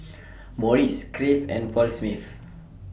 Morries Crave and Paul Smith